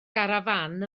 garafán